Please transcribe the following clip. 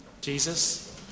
Jesus